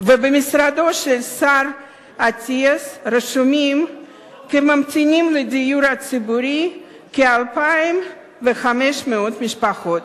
ובמשרדו של השר אטיאס רשומות כממתינות לדיור הציבורי כ-2,500 משפחות.